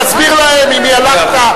תסביר להם עם מי הלכת,